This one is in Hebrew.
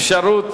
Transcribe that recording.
אפשרות